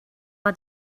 had